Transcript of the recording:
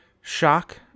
Shock